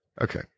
Okay